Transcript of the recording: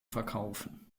verkaufen